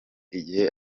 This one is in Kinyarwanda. igihe